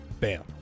Bam